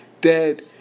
dead